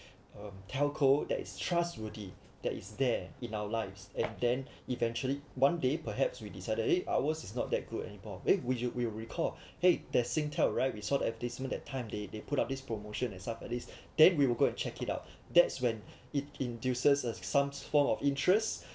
a telco that is trustworthy that is there in our lives and then eventually one day perhaps we decided eh ours is not that good anymore eh would you will recall !hey! that Singtel right we saw the advertisement that time they they put up this promotion and stuff at least then we will go and check it out that's when it induces us some form of interest